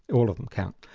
all of them count.